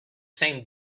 same